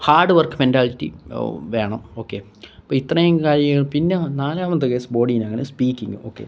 had work mentality വേണം okay അപ്പോള് ഇത്രയും കാര്യങ്ങൾ പിന്നെ നാലാമത്തെ കേസ് ബോഡിയിലാണ് സ്പീക്കിങ്ങ് ഓക്കെ